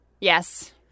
Yes